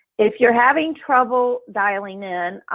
if you're having trouble dialing in,